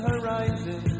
Horizon